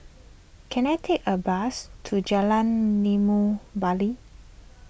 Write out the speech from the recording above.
can I take a bus to Jalan Limau Bali